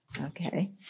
Okay